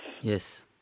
Yes